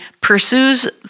pursues